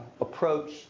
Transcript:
approach